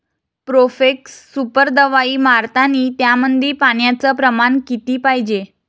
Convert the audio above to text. Profex super दवाई मारतानी त्यामंदी पान्याचं प्रमाण किती पायजे?